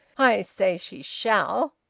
i say she shall!